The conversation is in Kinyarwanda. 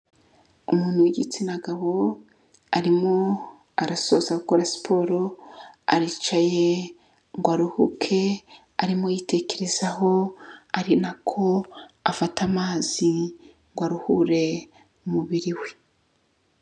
Umuntu w'igitsina gabo arimo arasoza gukora siporo, aricaye ngo aruhuke, arimo yitekerezaho, ari nako afata amazi ngo aruhure umubiri we.